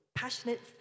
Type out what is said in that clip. passionate